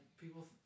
people